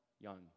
young